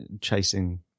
chasing